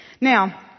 Now